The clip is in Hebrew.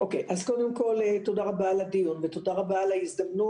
קודם כל, תודה רבה על הדיון ותודה על ההזדמנות.